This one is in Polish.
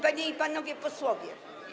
Panie i Panowie Posłowie!